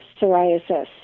psoriasis